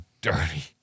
Dirty